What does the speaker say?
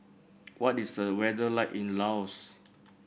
what is the weather like in Laos